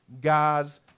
God's